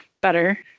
better